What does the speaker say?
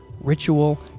ritual